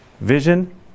vision